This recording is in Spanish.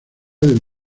del